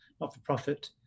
not-for-profit